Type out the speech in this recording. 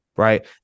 Right